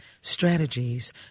Strategies